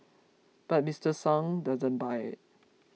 but Mister Sung doesn't buy it